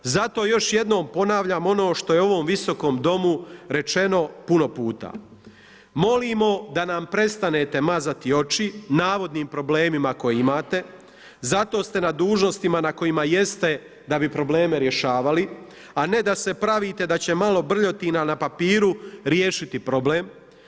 Zato još jednom ponavljam ono što je u ovom Visokom domu rečeno puno puta, molimo da nam prestanete mazati oči navodnim problemima koje imati, zato ste na dužnostima na kojima jeste da bi probleme rješavali, a ne se pravite da će malo brljotina na papiru riješiti problem.